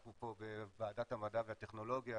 אנחנו פה בוועדת המדע והטכנולוגיה,